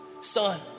son